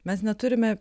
mes neturime